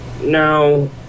No